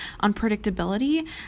unpredictability